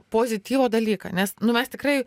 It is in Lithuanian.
pozityvų dalyką nes nu mes tikrai